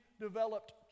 developed